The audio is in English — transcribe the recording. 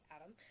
adam